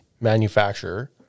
manufacturer